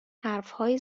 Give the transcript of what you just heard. حرفهایی